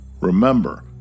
Remember